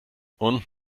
und